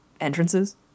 entrances